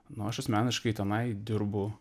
nu aš asmeniškai tenai dirbu